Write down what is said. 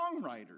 songwriters